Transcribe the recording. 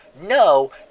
no